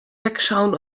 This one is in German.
wegschauen